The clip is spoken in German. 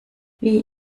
wie